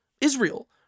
Israel